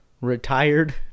Retired